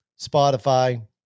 spotify